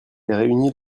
réunie